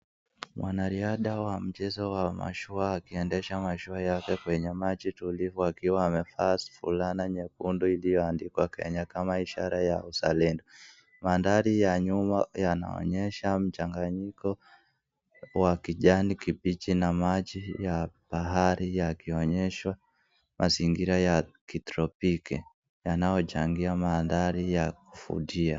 Mwanariadha wa mchezo wa mashua ,akiendesha mashua yake kwenye maji tulivu, akiwa amevaa fulana nyekundu iliyoandikwa Kenya kama ishara ya uzalendo. Mandhari ya nyuma yanaonyesha mchanganyiko wa kijani kibichi na maji ya bahari yakionyesha mazingira ya kitropiki yanayochangia mandhari ya kuvutia